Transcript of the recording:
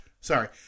Sorry